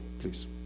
please